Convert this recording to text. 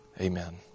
Amen